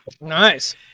Nice